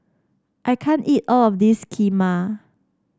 I can't eat all of this Kheema